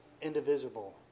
indivisible